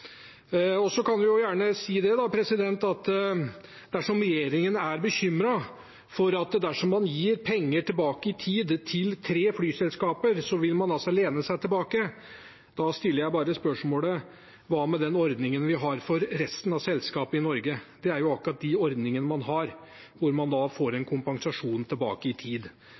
igjen. Så kan man gjerne si at dersom regjeringen er bekymret for at man dersom man gir penger tilbake i tid til tre flyselskaper, vil lene seg tilbake, da stiller jeg bare spørsmålet: Hva med den ordningen vi har for resten av selskap i Norge? Det er akkurat de ordningene man har, man får en kompensasjon tilbake i tid.